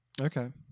okay